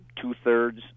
two-thirds